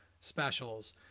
specials